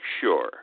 sure